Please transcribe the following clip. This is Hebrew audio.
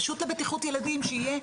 פשוט לבטיחות ילדים שיהיה,